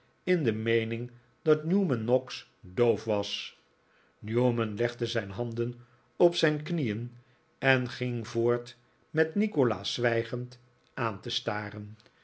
in de meening dat newman noggs doof was newman legde zijn handen op zijn knieen en ging voort met nikolaas zwijgend aan te staren